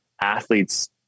athletes